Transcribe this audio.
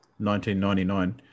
1999